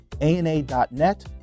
ANA.net